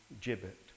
gibbet